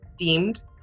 themed